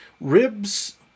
Ribs